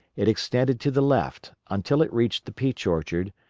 it extended to the left, until it reached the peach orchard,